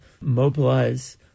mobilize